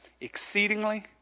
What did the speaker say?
exceedingly